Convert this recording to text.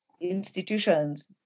institutions